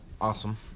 Awesome